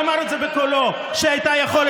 איך?